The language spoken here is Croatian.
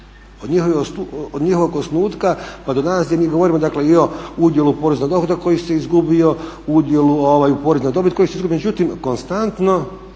od njihovog osnutka pa do danas gdje mi govorimo, dakle i o udjelu poreza na dohodak koji se izgubio u udjelu u porezu na dobit, koji se izgubio. Međutim, konstantno